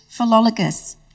Philologus